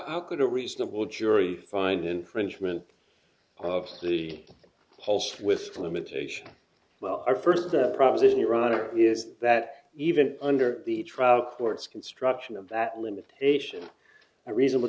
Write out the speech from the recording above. how could a reasonable jury find infringement of the pulse with a limitation well our first proposition your honor is that even under the trout court's construction of that limitation a reasonable